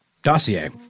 dossier